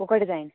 कोह्का डिजाइन